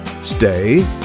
stay